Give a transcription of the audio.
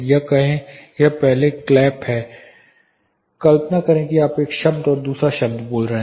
यह कहें कि यह पहला क्लैप है कल्पना करें कि आप एक शब्द और दूसरे शब्द बोल रहे हैं